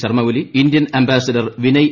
Sharma Oli Indian ambassador Vinay